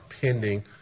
pending